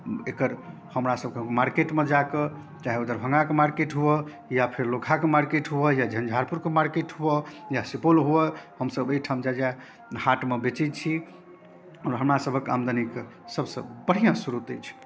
एकर हमरासबके मार्केटमे जाकऽ चाहे ओ दरभङ्गाके मार्केट हुअए या फिर लोकहाके मार्केट हुअए या झँझारपुरके मार्केट हुअए या सुपौल हुअए हमसब एहिठाम जाए जाए हाटमे बेचै छी आओर हमरासबके आमदनीके सबसँ बढ़िआँ स्रोत अछि